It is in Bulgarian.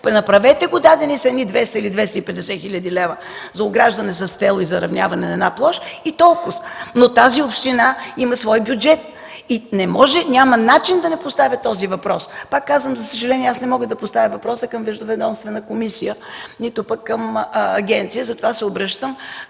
– направете го. Дадени са 200 или 250 хил. лв. за ограждане с тел и заравняване на една площ, и толкоз. Но тази община има свой бюджет. Няма начин да не поставя този въпрос. Пак казвам: за съжаление, не мога да поставя въпроса към междуведомствена комисия, нито пък към агенция, затова се обръщам